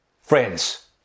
Friends